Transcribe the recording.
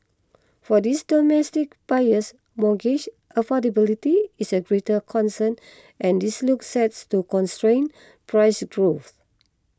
for these domestic buyers mortgage affordability is a greater concern and this looks set to constrain price growth